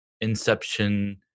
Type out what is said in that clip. Inception